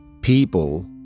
people